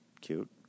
cute